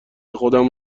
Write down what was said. خودم